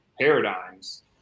paradigms